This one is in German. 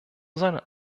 seiner